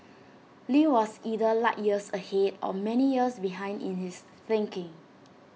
lee was either light years ahead or many years behind in his thinking